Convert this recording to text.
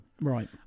Right